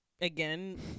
again